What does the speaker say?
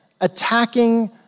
attacking